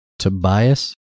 Tobias